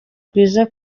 rwiza